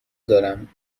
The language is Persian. دارم